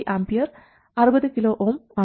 2mA 60 kΩ ആണ്